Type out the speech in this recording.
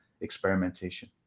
experimentation